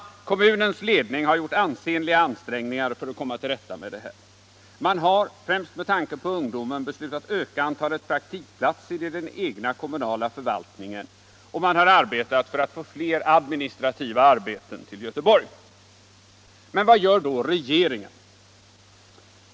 Kommunens ledning har gjort ansenliga ansträngningar = ningen i Göteborgsför att komma till rätta med situationen. Man har, främst med tanke regionen på ungdomar, beslutat öka antalet praktikplatser i den egna kommunala förvaltningen, och man har arbetat för att få fler administrativa arbeten till Göteborg. Vad gör då regeringen?